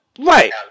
Right